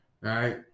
right